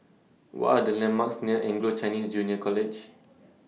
What Are The landmarks near Anglo Chinese Junior College